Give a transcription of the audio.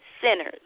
sinners